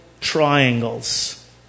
triangles